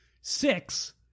six